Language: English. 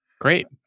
Great